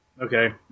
Okay